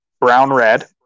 brown-red